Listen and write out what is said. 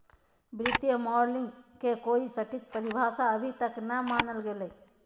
वित्तीय मॉडलिंग के कोई सटीक परिभाषा अभी तक नय मानल गेले हें